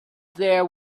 there